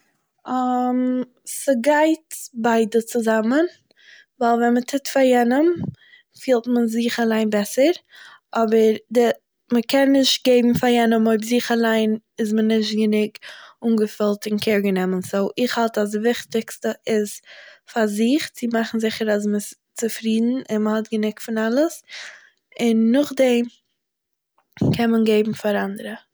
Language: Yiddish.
ס'גייט ביידע צוזאמען, ווייל ווען מען טוהט פאר יענעם פילט מען זיך אליין בעסער, אבער די- מ'קען נישט געבן פאר יענעם אויב זיך אליין איז מען נישט גענוג אנגעפילט און קעיר גענומען, סו, איך האלט אז וויכטיגסטע איז פאר זיך, צו מאכן זיכער אז מ'איז צעפרידן און מ'האט גענוג פון אלעס, און נאכדעם קען מען געבן פאר אנדערע